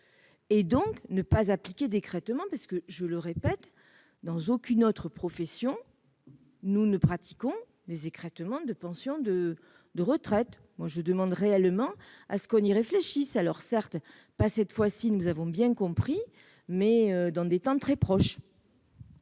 donc ne pas appliquer d'écrêtement ? Je le répète, dans aucune autre profession nous ne pratiquons les écrêtements de pension de retraite. Je demande réellement à ce que l'on y réfléchisse, non pas cette fois-ci, nous l'avons bien compris, mais dans des temps très proches.